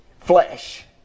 flesh